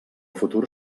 futur